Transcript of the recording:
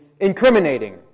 incriminating